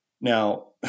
Now